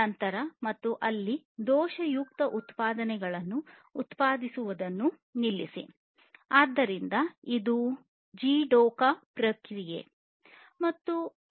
ನಂತರ ಅಲ್ಲಿ ದೋಷಯುಕ್ತ ಉತ್ಪನ್ನಗಳನ್ನು ಉತ್ಪಾದಿಸುವುದನ್ನು ನಿಲ್ಲಿಸುವುದೇ ಜಿಡೋಕಾ ಪ್ರಕ್ರಿಯೆ ಆಗಿರುತ್ತದೆ